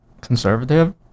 conservative